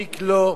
תיק לא,